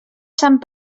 sant